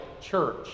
church